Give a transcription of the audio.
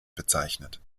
bezeichnet